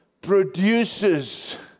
produces